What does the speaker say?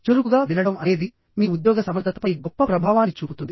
చురుకుగా వినడం అనేది మీ ఉద్యోగ సమర్థతపై గొప్ప ప్రభావాన్ని చూపుతుంది